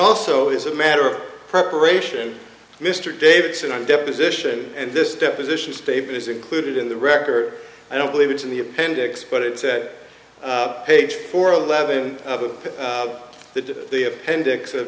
also as a matter of preparation mr davidson i deposition and this deposition statement is included in the record i don't believe it's in the appendix but it said page four eleven that the appendix of